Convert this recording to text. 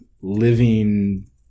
living